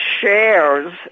shares